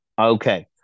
Okay